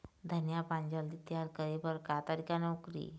धनिया पान जल्दी तियार करे बर का तरीका नोकरी?